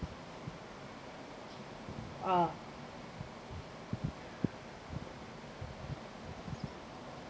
ah